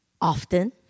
often